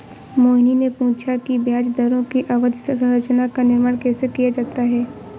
मोहिनी ने पूछा कि ब्याज दरों की अवधि संरचना का निर्माण कैसे किया जाता है?